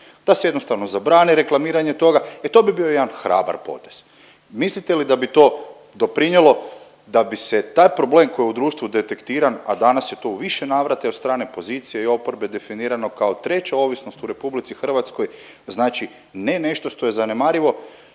da se jednostavno zabrani reklamiranje toga jer to bi bio jedan hrabar potez. Mislite li da bi to doprinijelo da bi se taj problem koji je u društvu detektiran, a danas je to u više navrata i od strane pozicije i oporbe definirano kao treća ovisnost u RH, znači ne nešto što je zanemarivo.